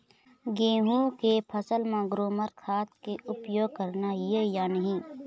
गेहूं के फसल म ग्रोमर खाद के उपयोग करना ये या नहीं?